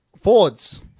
Fords